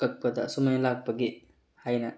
ꯀꯛꯄꯗ ꯑꯁꯨꯃꯥꯏ ꯂꯥꯛꯄꯒꯤ ꯍꯥꯏꯅ